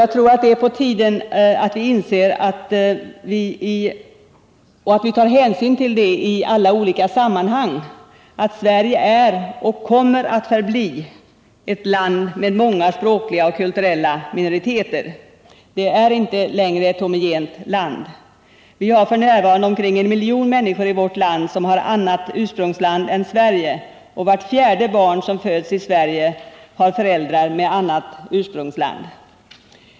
Jag tror att det är på tiden att vi inser och i alla olika sammanhang tar hänsyn till att Sverige är och kommer att förbli ett land med många språkliga och kulturella minoriteter. Sverige är inte längre ett homogent land. Vi har f.n. omkring en miljon människor i vårt land som har annat ursprungsland än Sverige, och vart fjärde barn som föds i Sverige har föräldrar med annat ursprungsland.